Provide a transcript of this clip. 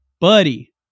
buddy